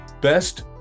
Best